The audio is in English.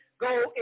go